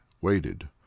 waited